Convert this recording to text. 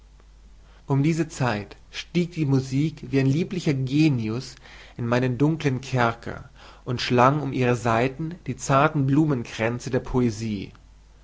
um diese zeit stieg die musik wie ein lieblicher genius in meinen dunkeln kerker und schlang um ihre saiten die zarten blumenkränze der poesie